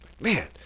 Man